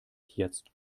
jetzt